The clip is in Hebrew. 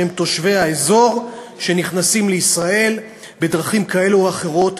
שהם תושבי האזור שנכנסים לישראל בדרכים כאלה ואחרות.